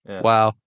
Wow